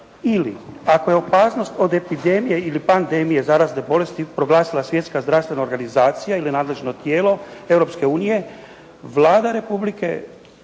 ili ako je opasnost od epidemija ili pandemije zarazne bolesti proglasila Svjetska zdravstvena organizacija ili nadležno tijelo Europske unije, Vlada Republike